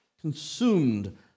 consumed